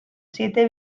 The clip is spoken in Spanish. siete